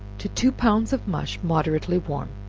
to two pounds of mush moderately warm,